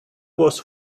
was